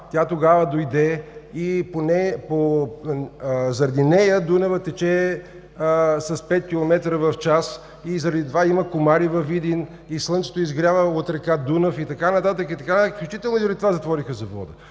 тя тогава дойде и заради нея Дунав тече с 5 км в час, заради това има комари във Видин, слънцето изгрява откъм река Дунав и така нататък, включително за това затвориха завода.